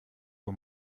uhr